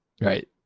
right